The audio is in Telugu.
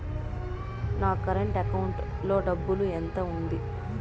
నా కరెంట్ అకౌంటు లో డబ్బులు ఎంత ఉంది?